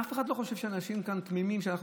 אף אחד לא חושב שאנשים כאן תמימים ושאנחנו